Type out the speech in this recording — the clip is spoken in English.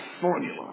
formula